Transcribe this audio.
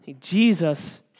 Jesus